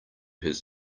his